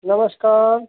नमस्कार